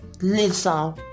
Lisa